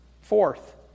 Fourth